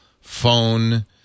phone